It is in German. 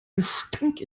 gestank